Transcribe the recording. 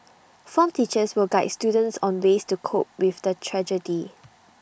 form teachers will guide students on ways to cope with the tragedy